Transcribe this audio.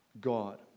God